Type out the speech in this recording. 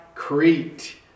Crete